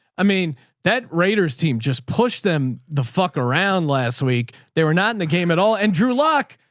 i mean that raiders team just pushed them the fuck around last week. they were not in the game at all. and drew luck.